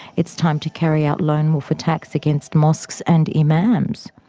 it's time to carry out lone-wolf attacks against mosques and imams.